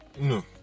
No